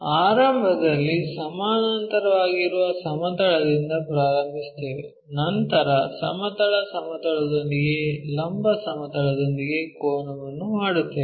ಆರಂಭದಲ್ಲಿ ಸಮಾನಾಂತರವಾಗಿರುವ ಸಮತಲದಿಂದ ಪ್ರಾರಂಭಿಸುತ್ತೇವೆ ನಂತರ ಸಮತಲ ಸಮತಲದೊಂದಿಗೆ ಲಂಬ ಸಮತಲದೊಂದಿಗೆ ಕೋನವನ್ನು ಮಾಡುತ್ತೇವೆ